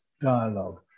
dialogue